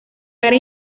cara